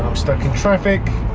stuck in traffic